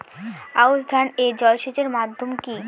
আউশ ধান এ জলসেচের মাধ্যম কি?